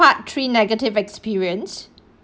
part three negative experience